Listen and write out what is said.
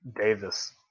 Davis